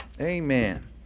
Amen